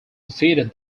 defeated